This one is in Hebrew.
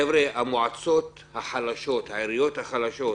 חבר'ה, המועצות החלשות, העיריות החלשות,